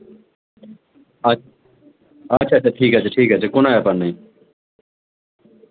আচ্ছা আচ্ছা ঠিক আছে ঠিক আছে কোনো ব্যাপার নেই